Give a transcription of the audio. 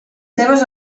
seves